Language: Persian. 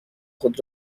خود